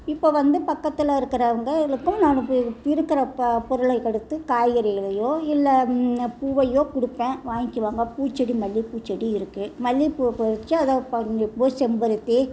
இப்போ வந்து பக்கத்தில் இருக்கிறவங்களுக்கும் நானு இருக்கிற ப பொருளை கொடுத்து காய்கறிகளையோ இல்லை பூவையோ கொடுப்பேன் வாங்கிக்குவாங்க பூ செடி மல்லி பூ செடி இருக்கு மல்லி பூவை பரிச்சி அதை செம்பருத்தி